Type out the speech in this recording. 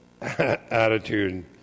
attitude